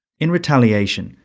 in retaliation,